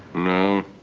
no,